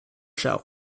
show